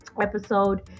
episode